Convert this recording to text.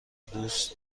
دوست